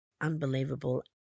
unbelievable